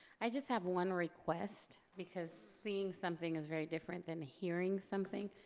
i just have one request because seeing something is very different than hearing something?